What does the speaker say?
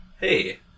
Hey